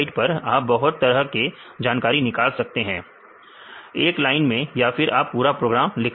आप बहुत तरह की जानकारी निकाल सकते हैं एक लाइन में या फिर आप पूरा प्रोग्राम लिख सकते हैं